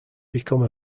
become